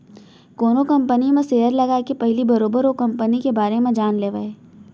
कोनो कंपनी म सेयर लगाए के पहिली बरोबर ओ कंपनी के बारे म जान लेवय